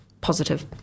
positive